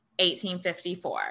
1854